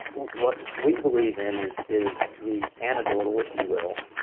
what we believe in is is the anecdotal, if you will,